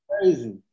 crazy